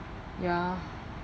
ya